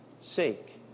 sake